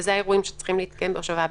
ואלה האירועים שצריכים להתקיים בהושבה בלבד.